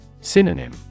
Synonym